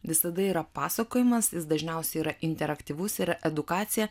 visada yra pasakojimas jis dažniausiai yra interaktyvus ir edukacija